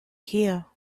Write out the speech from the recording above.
here